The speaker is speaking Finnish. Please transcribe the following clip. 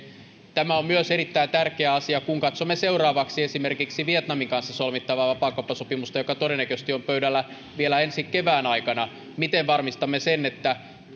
tämä on myös erittäin tärkeä asia kun katsomme seuraavaksi esimerkiksi vietnamin kanssa solmittavaa vapaakauppasopimusta joka todennäköisesti on pöydällä vielä ensi kevään aikana miten varmistamme sen että